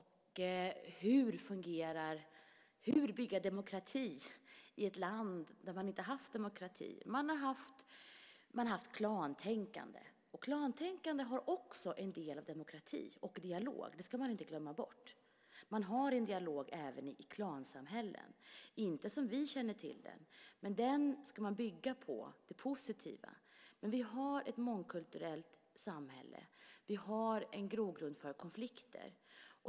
Hur ska man bygga demokrati i ett land där man inte har haft demokrati? Man har haft klantänkande. Klantänkande har också en del av demokrati och dialog - det ska man inte glömma bort. Man har en dialog även i ett klansamhälle - inte som vi känner till den, men den, det positiva, ska man bygga på. Vi har ett mångkulturellt samhälle, och vi har en grogrund för konflikter.